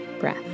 breath